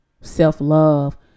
self-love